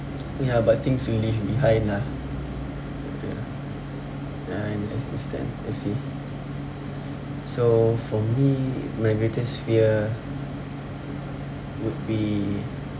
ya but things you leave behind lah ya ya I understand I see so for me my greatest fear would be